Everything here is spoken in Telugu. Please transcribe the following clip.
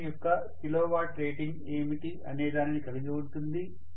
మెషిన్ యొక్క కిలోవాట్ రేటింగ్ ఏమిటి అనే దానిని కలిగి ఉంటుంది